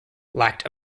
lacked